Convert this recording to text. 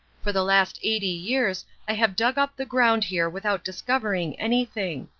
for the last eighty years i have dug up the ground here without discovering anything.